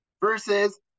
versus